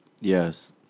Yes